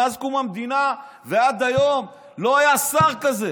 מאז קום המדינה ועד היום לא היה שר כזה